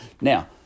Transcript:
Now